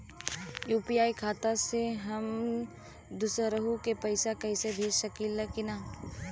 UPI खाता से हम दुसरहु के पैसा भेज सकीला की ना?